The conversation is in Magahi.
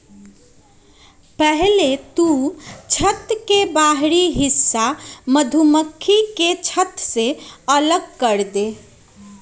पहले तु छत्त के बाहरी हिस्सा मधुमक्खी के छत्त से अलग करदे